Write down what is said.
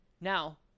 Now